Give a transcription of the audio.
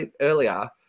earlier